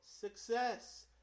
success